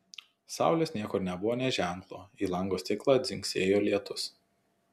saulės niekur nebuvo nė ženklo į lango stiklą dzingsėjo lietus